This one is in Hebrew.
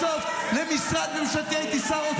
בסוף למשרד ממשלתי, הייתי שר אוצר